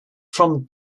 from